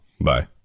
Bye